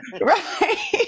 Right